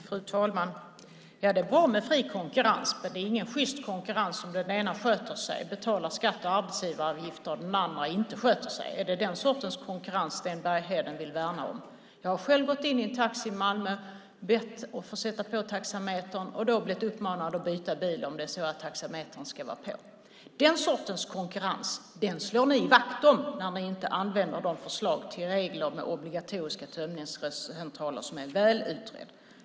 Fru talman! Det är bra med fri konkurrens. Men det är ingen sjyst konkurrens om den ena sköter sig och betalar skatt och arbetsgivaravgifter och den andra inte sköter sig. Är det den sortens konkurrens Sten Bergheden vill värna? Jag har själv gått in i en taxi i Malmö och bett föraren att sätta på taxameter och då blivit uppmanad att byta bil om jag vill att den ska vara på. Den sortens konkurrens slår ni vakt om när ni inte använder de förslag till regler med obligatoriska tömningscentraler som är väl utredda.